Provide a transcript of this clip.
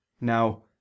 now